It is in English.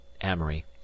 Amory